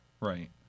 Right